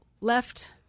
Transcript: left